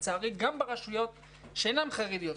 לצערי גם ברשויות שאינן חרדיות,